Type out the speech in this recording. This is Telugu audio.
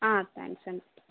థ్యాంక్స్ అండి